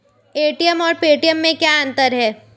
ATM और Paytm में क्या अंतर है?